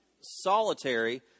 solitary